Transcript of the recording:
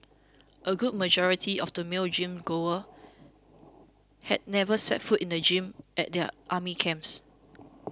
a good majority of these male gym goers had never set foot in the gym at their army camps